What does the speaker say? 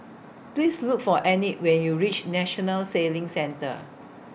Please Look For Enid when YOU REACH National Sailing Centre